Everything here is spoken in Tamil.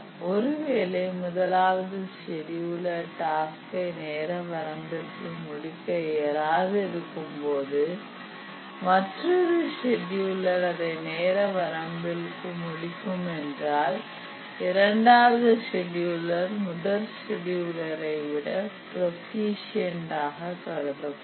ஒருவேளை முதலாவது செடியுலர் டாஸ்க்கை நேர வரம்பிற்குள் முடிக்க இயலாது இருக்கும்போது மற்றொரு செடியுலர் அதை நேர வரம்பிற்குள் முடிக்க முடியுமென்றால் இரண்டாவது செடியுலர் முதல் செடியுலர் ஐ விட புரொபிசியன்ட் ஆக கருதப்படும்